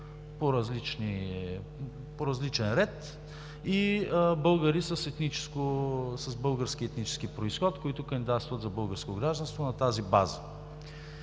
по различен ред, и българи с български етнически произход, които кандидатстват за българско гражданство на тази база.